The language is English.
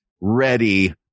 ready